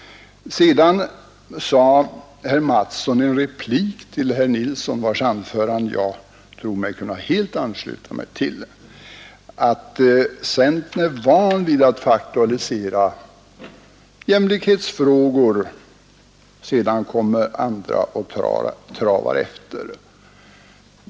Herr Mattsson i Skee sade i en replik till herr Nilsson i Östersund, vars anförande jag tror mig kunna helt ansluta mig till, att centern är van vid att få aktualisera jämlikhetsfrågor och sedan kommer andra travande efter.